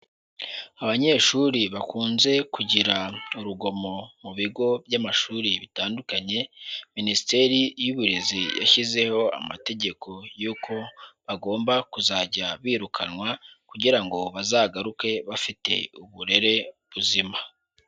Abanyeshuri bakunze kugira urugomo mu bigo by'amashuri bitandukanye, Minisiteri y'Uburezi yashyizeho amategeko y'uko bagomba kuzajya birukanwa kugira ngo bazagaruke bafite uburere buzima.